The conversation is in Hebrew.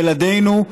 ילדינו,